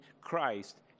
Christ